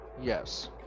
yes